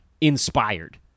inspired